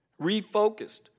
refocused